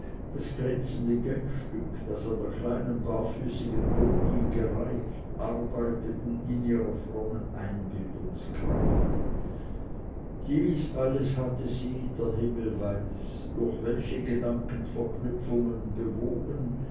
das glänzende geldstück das er der kleinen barfüßigen botin gereicht arbeiteten in ihrer frommen einbildungskraft dies alles hatte sie der himmel weiß durch welche gedankenverknüpfungen bewogen